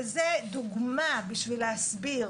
וזו דוגמה בשביל להסביר.